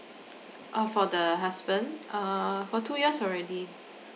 oh for the husband err for two years already